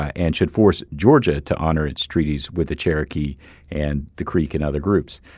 ah and should force georgia to honor its treaties with the cherokee and the creek and other groups.